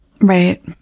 Right